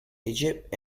egypt